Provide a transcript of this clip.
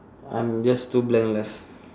I'm just too blank lah s~